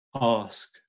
ask